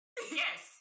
Yes